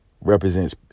represents